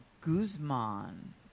guzman